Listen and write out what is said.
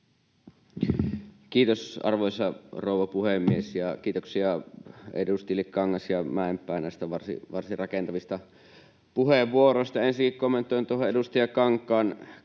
Kiitos, arvoisa rouva puhemies! Ja kiitoksia edustajille Kangas ja Mäenpää näistä varsin rakentavista puheenvuoroista. Ensinnäkin kommentoin tuota, kun